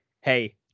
hey